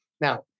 Now